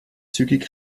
zügig